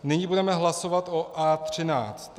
Nyní budeme hlasovat o A13.